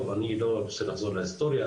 אני לא רוצה לחזור להיסטוריה,